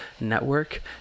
network